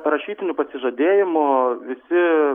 rašytiniu pasižadėjimu visi